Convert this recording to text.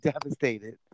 devastated